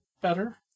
better